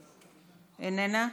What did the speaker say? איננה.